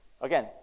again